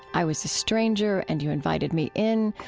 i was a stranger and you invited me in.